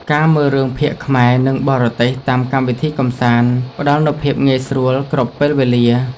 ការមើលរឿងភាគខ្មែរ និងបរទេសតាមកម្មវិធីកម្សាន្ត ផ្តល់នូវភាពងាយស្រួលគ្រប់ពេលវេលា។